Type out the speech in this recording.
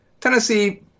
Tennessee